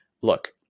Look